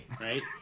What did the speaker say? right